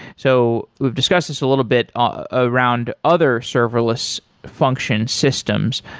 so we've discussed this a little bit ah around other serverless function systems.